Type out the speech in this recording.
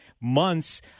months